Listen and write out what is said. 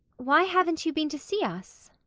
why haven't you been to see us?